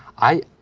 i,